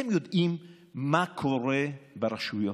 אתם יודעים מה קורה ברשויות?